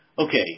Okay